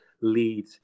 lead